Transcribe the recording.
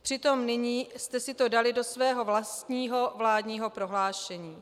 Přitom nyní jste si to dali do svého vlastního vládního prohlášení.